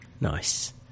Nice